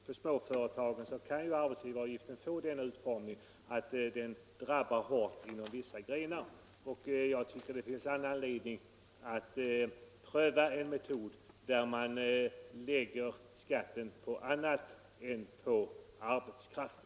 Därför anser jag att det finns all anledning att pröva en metod som innebär att man lägger skatten på annat än på arbetskraften.